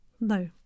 No